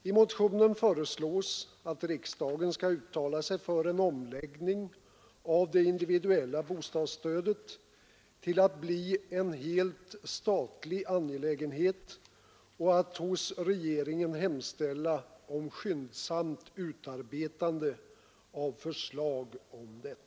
I motionen föreslås att riksdagen Nr 60 skall uttala sig för en omläggning av det individuella bostadsstödet, så att Onsdagen den detta blir en helt statlig angelägenhet, och att hos regeringen hemställa 4 april 1973 om skyndsamt utarbetande av ett sådant förslag.